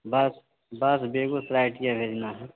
बस बस बेगूसराय के यहाँ भेजना है